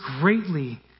greatly